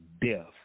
death